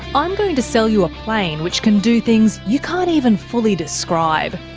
i'm going to sell you a plane which can do things you can't even fully describe.